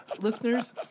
listeners